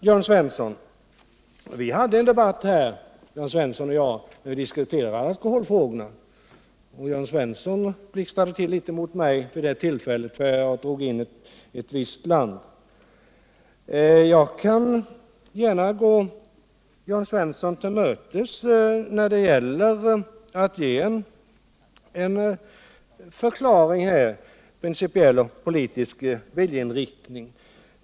Jörn Svensson och jag hade här en debatt där vi diskuterade alkoholfrågorna. Jörn Svensson blixtrade till litet mot mig vid detta tillfälle för att jag drogiin ett visst land i debatten. Jag kan gärna gå Jörn Svensson till mötes när det gäller att ge en förklaring till en principiell, politisk viljeinriktning.